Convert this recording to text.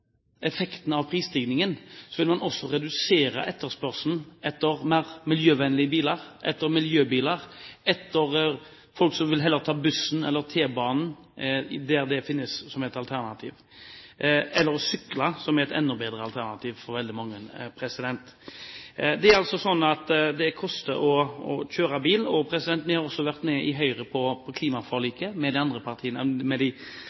effekten av prisstigningen, vil man også redusere etterspørselen etter mer miljøvennlige biler, etter miljøbiler. Antallet personer som heller vil ta bussen eller T-banen, der det finnes som et alternativ, eller folk som vil sykle, som er et enda bedre alternativ for veldig mange, vil synke. Det er altså sånn at det koster å kjøre bil. I Høyre har vi vært med på klimaforliket sammen med de